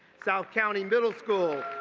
south county middle school,